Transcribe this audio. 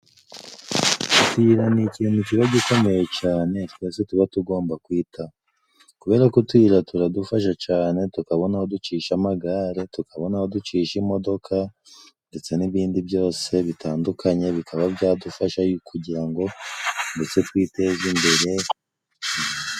Utuyira ni ikintu kiba gikomeye cyane twese tuba tugomba kwitaho kubera ko tura, turadufasha cane tukabona aho ducisha amagare, tukabona aho ducisha imodoka ndetse n'ibindi byose bitandukanye bikaba byadufasha kugirango ndetse twiteze imbere.